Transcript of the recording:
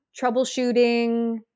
troubleshooting